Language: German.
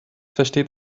versteht